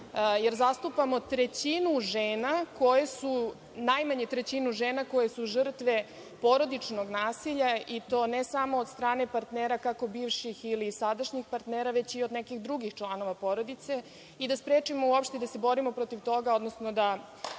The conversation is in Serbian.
jer zastupamo najmanje trećinu žena koje su žrtve porodičnog nasilja i to ne samo od strane partnera kako bivših ili sadašnjih partnera, već i od nekih drugih članova porodice i da sprečimo uopšte da se borimo protiv toga, odnosno da